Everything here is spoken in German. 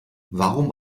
warum